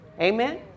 Amen